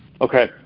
Okay